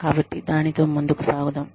కాబట్టి దానితో ముందుకు సాగుదాం